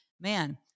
man